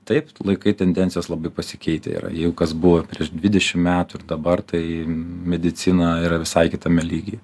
taip laikai tendencijos labai pasikeitę yra jeigu kas buvo prieš dvidešimt metų ir dabar tai medicina yra visai kitame lygyje